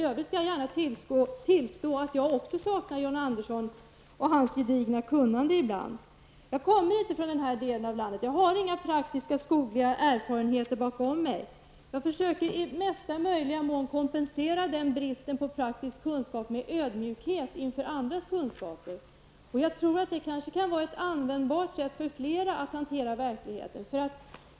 Sedan skall jag gärna tillstå att jag också saknar John Andersson och hans gedigna kunnande ibland. Jag kommer inte från den del av landet som vi nu talar om, och jag har inga praktiska skogliga erfarenheter bakom mig. Jag försöker i mesta möjliga mån kompensera den bristen på praktisk kunskap med ödmjukhet inför andras kunskap, och jag tror att det kan vara ett användbart sätt för flera att hantera verkligheten.